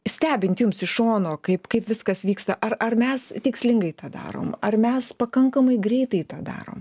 stebint jums iš šono kaip kaip viskas vyksta ar ar mes tikslingai tą darom ar mes pakankamai greitai tą darom